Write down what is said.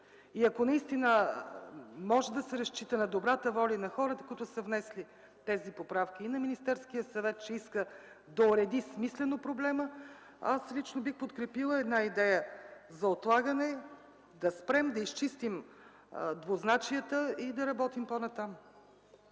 Ако наистина може да се разчита на добрата воля на хората, които са внесли тези поправки, и на Министерския съвет, че иска да уреди смислено проблема, аз лично бих подкрепила една идея за отлагане. Да спрем, да изчистим двузначията и да работим по-нататък.